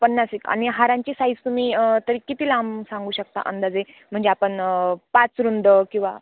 पन्नासेक आणि हारांची साईझ तुम्ही तरी किती लांब सांगू शकता अंदाजे म्हणजे आपण पाच रुंद किंवा